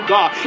God